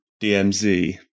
DMZ